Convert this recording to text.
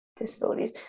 Disabilities